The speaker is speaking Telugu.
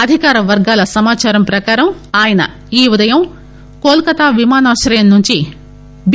అధికార వర్గాల సమాచారం ప్రకారం ఆయన ఈ ఉదయం కోల్కతా విమానాశ్రయంనుంచి బి